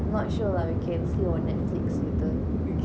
not sure lah we can see on Netflix later